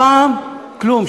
הפעם כלום,